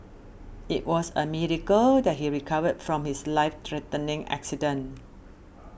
it was a miracle that he recovered from his life threatening accident